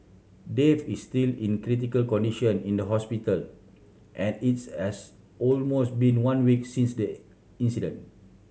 Dave is still in critical condition in the hospital and its has almost been one week since the incident